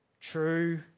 true